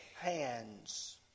hands